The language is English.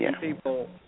people